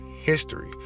history